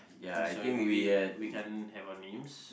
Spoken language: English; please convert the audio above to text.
I'm sorry we we we can't have our names